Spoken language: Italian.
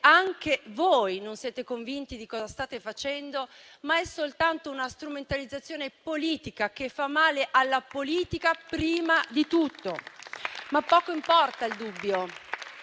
anche voi non siete convinti di cosa state facendo, ma è soltanto una strumentalizzazione politica che fa male alla politica prima di tutto. Poco importa però il dubbio.